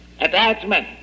attachment